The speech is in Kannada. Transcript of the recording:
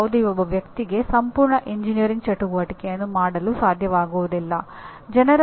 ಯಾವುದೇ ಒಬ್ಬ ವ್ಯಕ್ತಿಗೆ ಸಂಪೂರ್ಣ ಎಂಜಿನಿಯರಿಂಗ್ ಚಟುವಟಿಕೆಯನ್ನು ಮಾಡಲು ಸಾಧ್ಯವಾಗುವುದಿಲ್ಲ